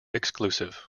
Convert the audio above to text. exclusive